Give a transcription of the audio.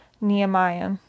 Nehemiah